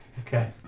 Okay